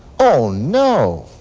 oh, no!